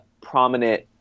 prominent